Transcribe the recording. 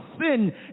sin